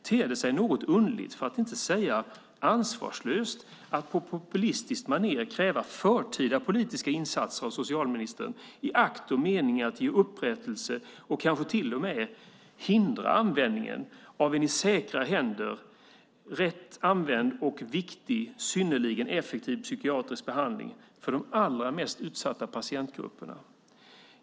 Det ter sig därför något underligt, för att inte säga ansvarslöst, att på populistiskt manér kräva förtida politiska insatser av socialministern i akt och mening att ge upprättelse och kanske till och med hindra användningen av en i säkra händer, rätt använd, viktig och synnerligen effektiv psykiatrisk behandling av de allra mest utsatta patientgrupperna.